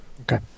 Okay